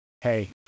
hey